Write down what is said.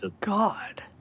God